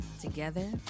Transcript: Together